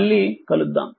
మళ్ళీ కలుద్దాం